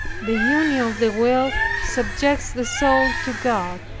the union of the will subjects the soul to god,